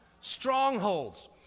Strongholds